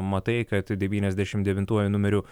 matai kad devyniasdešim devintuoju numeriu